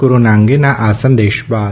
corona અંગેના આ સંદેશ બાદ